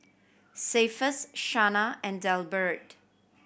Cephus Shana and Delbert